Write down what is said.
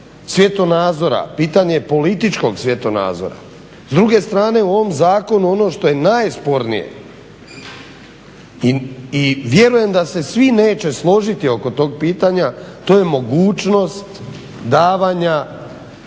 pitanje političkog svjetonazora. S druge strane u ovom zakonu ono što je najspornije i vjerujem da se svi neće složiti oko tog pitanja to je mogućnost davanja